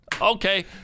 Okay